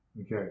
Okay